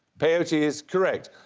peyote is correct.